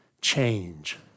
change